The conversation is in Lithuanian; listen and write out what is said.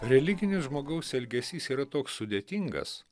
religinis žmogaus elgesys yra toks sudėtingas